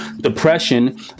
Depression